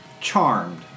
charmed